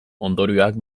ondorioak